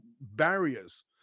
barriers